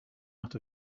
out